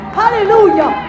hallelujah